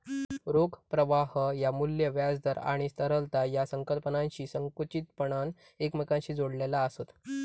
रोख प्रवाह ह्या मू्ल्य, व्याज दर आणि तरलता या संकल्पनांशी संकुचितपणान एकमेकांशी जोडलेला आसत